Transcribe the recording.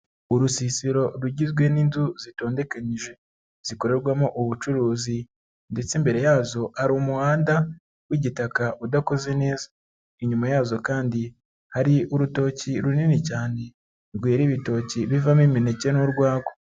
Urusisiro rugizwe n'inzu zitondekanyije zikorerwamo ubucuruzi ndetse imbere yazo hari umuhanda w'igitaka udakoze neza, inyuma yazo kandi hari urutoki runini cyane rwera ibitoki bivamo imineke n'urwagwa.